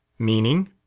meaning?